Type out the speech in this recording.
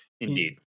indeed